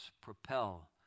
propel